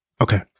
Okay